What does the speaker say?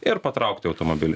ir patraukti automobilį